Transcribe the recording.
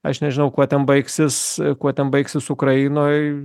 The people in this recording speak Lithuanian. aš nežinau kuo ten baigsis kuo ten baigsis ukrainoj